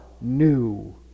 new